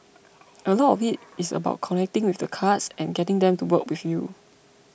a lot of it is about connecting with the cards and getting them to work with you